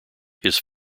his